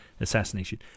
assassination